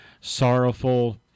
sorrowful